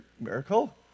miracle